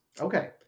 Okay